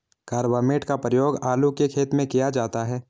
carbamate का प्रयोग आलू के खेत में किया जाता है